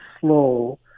slow